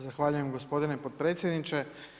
Zahvaljujem gospodine potpredsjedniče.